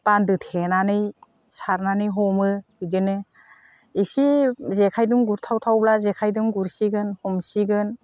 बान्दो थेनानै सारनानै हमो बिदिनो एसे जेखाइजों गुरथावथावब्ला जेखाइजों गुरसिगोन हमसिगोन